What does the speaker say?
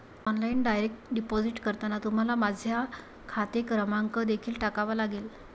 online direct deposit करताना तुम्हाला माझा खाते क्रमांक देखील टाकावा लागेल